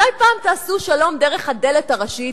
אולי פעם תעשו שלום דרך הדלת הראשית?